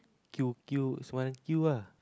queue queue is queue lah